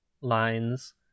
lines